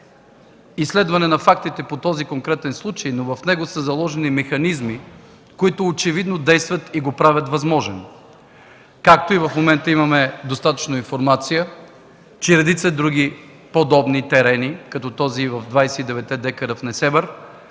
изследване на фактите по този конкретен случай. В него са заложени механизми, които очевидно действат и го правят възможен. В момента имаме достатъчно информация, че редица други подобни терени, като този от 29-те декара в Несебър,